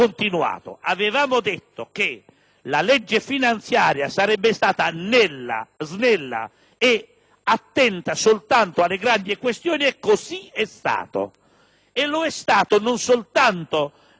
attenta soltanto alle grandi questioni e così è stato. E lo è stato non soltanto nel provvedimento che è uscito dal Consiglio dei ministri a settembre, ma anche nel suo cammino parlamentare.